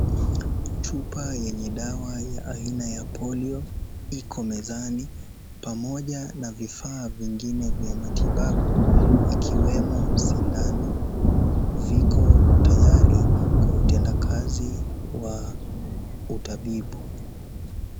Chupa yenye dawa ya aina ya polio iko mezani pamoja na vifaa vingine vya matibabu ikiwemo sindano ziko tayari kwa utendakazi wa utabibu.